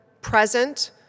present